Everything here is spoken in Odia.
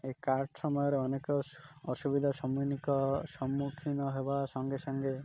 ଏ କାଟ୍ ସମୟରେ ଅନେକ ଅସୁବିଧା ସମ୍ମୁଖୀନ ହେବା ସଙ୍ଗେ ସଙ୍ଗେ